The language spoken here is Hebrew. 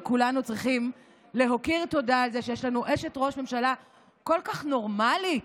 וכולנו צריכים להכיר תודה על זה שיש לנו אשת ראש ממשלה כל כך נורמלית.